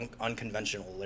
unconventional